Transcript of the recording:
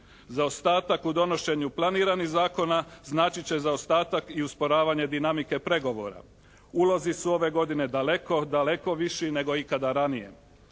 Zaostatak u donošenju planiranih zakona značit će zaostatak i usporavanje dinamike pregovora. Ulozi su ove godine daleko, daleko viši nego ikada ranije.